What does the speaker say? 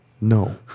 No